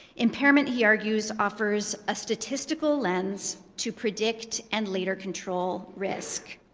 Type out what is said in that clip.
impairment, he argues, offers a statistical lens to predict and later control risk.